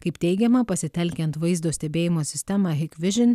kaip teigiama pasitelkiant vaizdo stebėjimo sistema hikvision